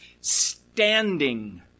standing